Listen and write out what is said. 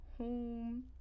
home